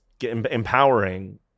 empowering